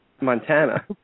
Montana